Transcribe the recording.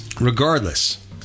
regardless